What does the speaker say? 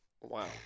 Wow